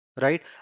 right